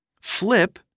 Flip